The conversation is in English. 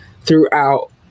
throughout